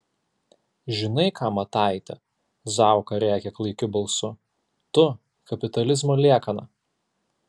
žinai ką mataiti zauka rėkia klaikiu balsu tu kapitalizmo liekana